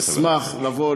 אנחנו נשמח לבוא,